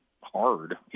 hard